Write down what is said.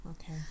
okay